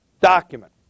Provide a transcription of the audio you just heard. document